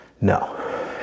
No